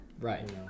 right